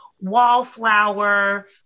wallflower